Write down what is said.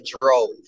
drove